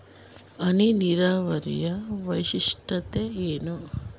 ಹನಿ ನೀರಾವರಿಯ ವೈಶಿಷ್ಟ್ಯತೆ ಏನು?